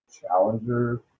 challenger